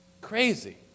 Crazy